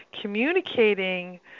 communicating